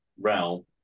realm